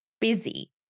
busy